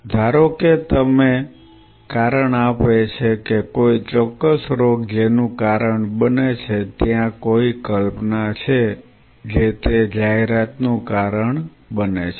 જો ધારો કે તમે કારણ આપે છે કે કોઈ ચોક્કસ રોગ જેનું કારણ બને છે ત્યાં કોઈ કલ્પના છે જે તે જાહેરાતનું કારણ બને છે